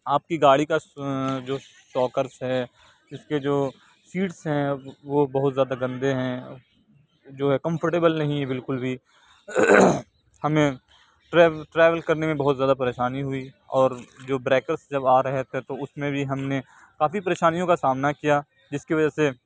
آپ کی گاڑی کا جو ساکرس ہے اس کے جو سیٹس ہیں وہ بہت زیادہ گندے ہیں جو ہے کمفرٹیبل نہیں ہے بالکل بھی ہمیں ٹریول کرنے میں بہت زیادہ پریشانی ہوئی اور جو بریکرس جب آ رہے تھے تو اس میں بھی ہم نے کافی پریشانیوں کا سامنا کیا جس کی وجہ سے